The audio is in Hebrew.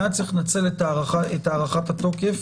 היה צריך לנצל את הארכת התוקף